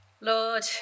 Lord